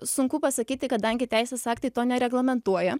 sunku pasakyti kadangi teisės aktai to nereglamentuoja